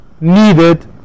needed